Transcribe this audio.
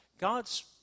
God's